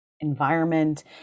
environment